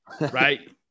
right